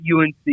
UNC